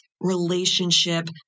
relationship